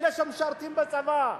אלה שמשרתים בצבא,